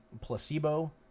placebo